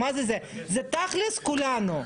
זה תכלס כולנו.